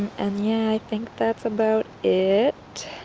and yeah, i think that's about it,